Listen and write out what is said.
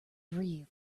really